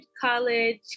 college